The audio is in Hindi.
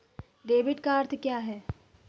डेबिट का अर्थ क्या है?